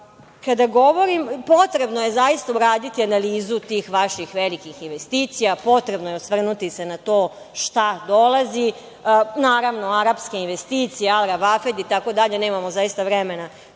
po veličini. Potrebno je zaista uraditi analizu tih vaših velikih investicija. Potrebno je osvrnuti se na to šta dolazi. Naravno, arapske investicije „Al Ravafed“ itd. Nemamo zaista vremena